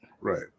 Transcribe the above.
Right